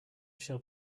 shall